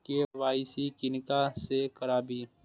KYC किनका से कराबी?